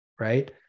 right